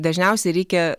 dažniausiai reikia